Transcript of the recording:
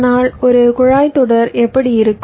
ஆனால் ஒரு குழாய்த் தொடர் எப்படி இருக்கும்